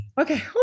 okay